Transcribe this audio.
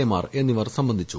A ്മൂർ എന്നിവർ സംബന്ധിച്ചു